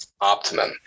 optimum